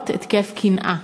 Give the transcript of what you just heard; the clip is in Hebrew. בעקבות התקף קנאה.